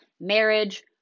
marriage